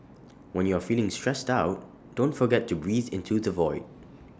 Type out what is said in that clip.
when you are feeling stressed out don't forget to breathe into the void